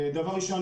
דבר ראשון,